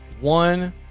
one